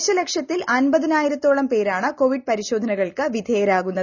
ദശലക്ഷത്തിൽ അമ്പതിനായിരത്തോളം പേരാണ് കോവിഡ് പരിശോധനകൾക്ക് വിധേയരാകുന്നത്